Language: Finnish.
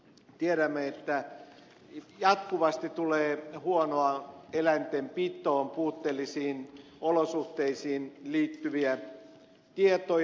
tiedämme että jatkuvasti tulee huonoon eläintenpitoon puutteellisiin olosuhteisiin liittyviä tietoja